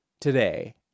today